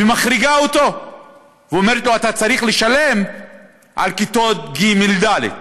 מחריגה אותו ואומרת לו: אתה צריך לשלם על כיתות ג' ד'.